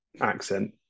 accent